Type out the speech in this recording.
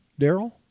Daryl